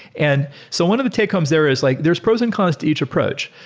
and so one of the take homes there is like there're pros and cons to each approach.